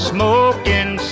Smoking